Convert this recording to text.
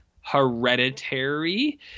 Hereditary